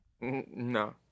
No